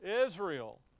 Israel